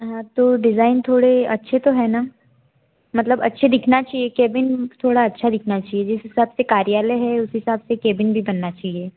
हाँ तो डिज़ाइन थोड़े अच्छे तो है ना मतलब अच्छे दिखना चाहिए केबिन थोड़ा अच्छा दिखना चाहिए जिस हिसाब से कार्यालय है उस हिसाब से केबिन भी बनना चाहिए